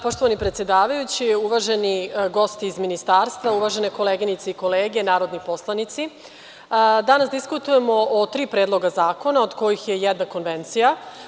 Poštovani predsedavajući, uvaženi gosti iz Ministarstva, uvažene koleginice i kolege narodni poslanici, danas diskutujemo o tri predloga zakona, od kojih je jedna konvencija.